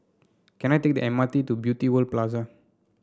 can I take the M R T to Beauty World Plaza